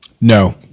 No